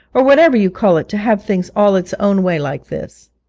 or whatever you call it, to have things all its own way like this